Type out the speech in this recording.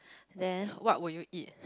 and then what will you eat